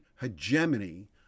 hegemony